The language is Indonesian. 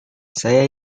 saya